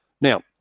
Now